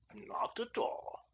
not at all.